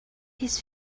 his